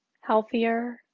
healthier